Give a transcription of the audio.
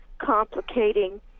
complicating